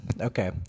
Okay